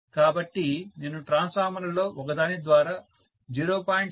కాబట్టి నేను ట్రాన్స్ఫార్మర్లలో ఒకదాని ద్వారా 0